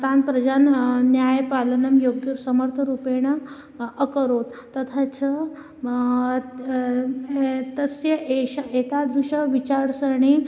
तान् प्रजान् न्यायपालनं योग्यं समर्थरूपेण अकरोत् तथा च तस्य एष एतादृशी विचारसरणी